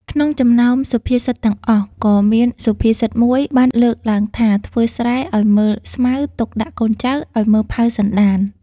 ក្នុងចំណោមសុភាសិតទាំងអស់ក៏មានសុភាសិតមួយបានលើកឡើងថា ធ្វើស្រែឲ្យមើលស្មៅ ទុកដាក់កូនចៅឲ្យមើលផៅសន្តាន។